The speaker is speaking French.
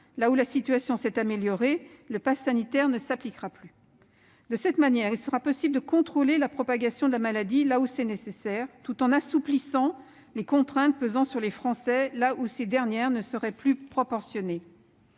là où la situation s'est améliorée, le passe sanitaire ne s'appliquera plus. De cette manière, il sera possible de contrôler la propagation de la maladie là où il est nécessaire de le faire, tout en assouplissant les contraintes pesant sur les Français là où ces dernières ne seraient plus adaptées.